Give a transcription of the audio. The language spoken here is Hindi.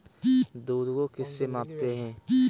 दूध को किस से मापते हैं?